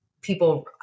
people